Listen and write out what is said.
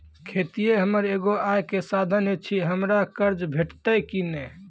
खेतीये हमर एगो आय के साधन ऐछि, हमरा कर्ज भेटतै कि नै?